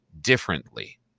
differently